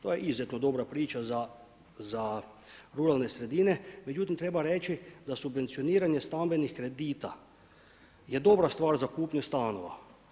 To je izuzetno dobra priča za ruralne sredine, međutim treba reći da subvencioniranje stambenih kredita je dobra stvar za kupnju stanova.